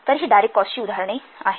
तर ही डायरेक्ट कॉस्टची उदाहरणे आहेत